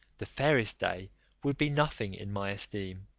the fairest day would be nothing in my esteem.